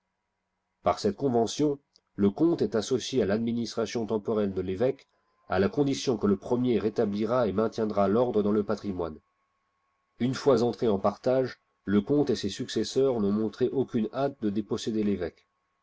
par cette convention le comte est associé à l'administration temporelle de févoque à la condition que le premier rétablira et maintiendra tordre dans le patrimoine une fois entrés en partage le comte et ses successeurs n'ont montré aucune hatc de déposséder l'évoque